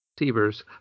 receivers